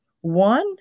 One